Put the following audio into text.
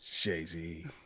jay-z